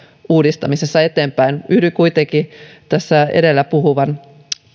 uudistamisessa eteenpäin yhdyn kuitenkin tässä edellä puhuneen